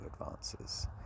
advances